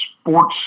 sports